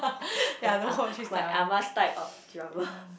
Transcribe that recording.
my ah~ my ah ma's type of drama